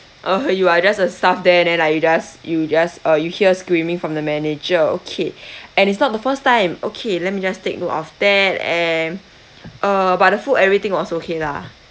uh you are just a staff there then like you just you just uh you hear screaming from the manager okay and it's not the first time okay let me just take note of that and uh but the food everything was okay lah